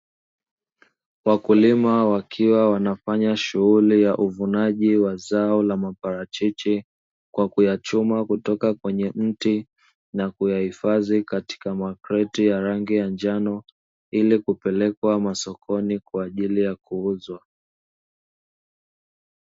Wakulima wakiwa wanafanya shughuli ya uvunaji wa zao la maparachichi, kwa kuyachuma kutoka kwenye mti na kuyahifadhi katika makreti ya rangi ya njano, ili kupelekwa sokoni kwa ajili ya kuuzwa.